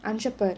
Anjappar